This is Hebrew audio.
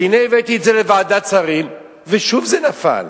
והנה הבאתי את זה לוועדת שרים ושוב זה נפל.